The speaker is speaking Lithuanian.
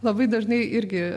labai dažnai irgi